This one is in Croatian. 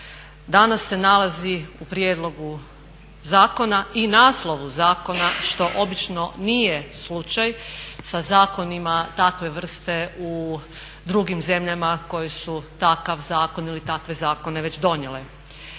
Danas se nalazi u prijedlogu zakona i naslovu zakona što obično nije slučaj sa zakonima takve vrste u drugim zemljama koje su takav zakon ili takve zakone već donijele.